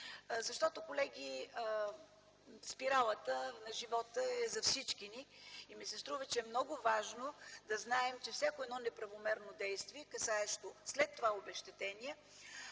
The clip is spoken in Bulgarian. Защото, колеги, спиралата на живота е за всички ни и ми се струва, че е много важно да знаем, че всяко едно неправомерно действие, касаещо след това обезщетения,